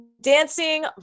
dancing